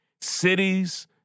cities